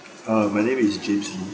uh my name is james lee